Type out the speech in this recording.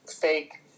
fake